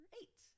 eight